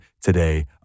today